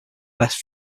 best